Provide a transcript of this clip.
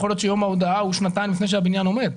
יכול להיות שיום ההודעה הוא שנתיים לפני שהבניין עומד.